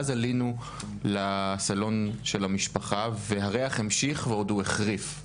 ואז עלינו לסלון של המשפחה והריח המשיך ועוד הוא החריף.